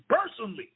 personally